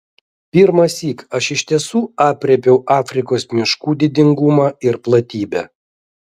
pirmąsyk aš iš tiesų aprėpiau afrikos miškų didingumą ir platybę